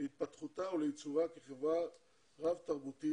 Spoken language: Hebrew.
להתפתחותה ולעיצובה כחברה רב תרבותית